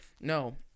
No